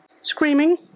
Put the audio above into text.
screaming